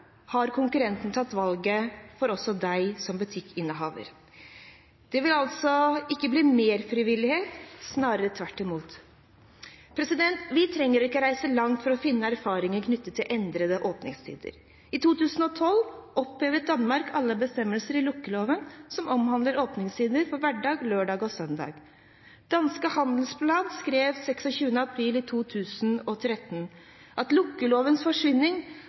har konkurrenten tatt valget for også deg som butikkinnehaver. Det vil altså ikke bli mer frivillighet, snarere tvert imot. Vi trenger ikke å reise langt for å finne erfaringer knyttet til endrede åpningstider. I 2012 opphevet Danmark alle bestemmelser i lukkeloven som omhandlet åpningstider for hverdager, lørdager og søndager. Dansk Handelsblad skrev den 26. april 2013 at lukkelovens forsvinning